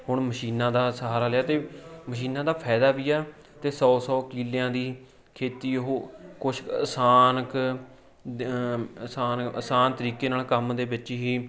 ਹੁਣ ਮਸ਼ੀਨਾਂ ਦਾ ਸਹਾਰਾ ਲਿਆ ਅਤੇ ਮਸ਼ੀਨਾਂ ਦਾ ਫਾਇਦਾ ਵੀ ਆ ਅਤੇ ਸੌ ਸੌ ਕੀਲਿਆਂ ਦੀ ਖੇਤੀ ਉਹ ਕੁਛ ਆਸਾਨ ਕ ਦ ਆਸਾਨ ਆਸਾਨ ਤਰੀਕੇ ਨਾਲ ਕੰਮ ਦੇ ਵਿੱਚ ਹੀ